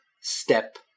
step